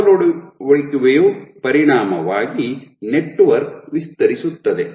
ಕವಲೊಡೆಯುವಿಕೆಯ ಪರಿಣಾಮವಾಗಿ ನೆಟ್ವರ್ಕ್ ವಿಸ್ತರಿಸುತ್ತದೆ